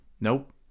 nope